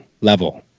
level